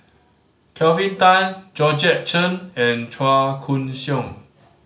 Kelvin Tan Georgette Chen and Chua Koon Siong